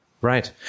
right